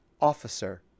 officer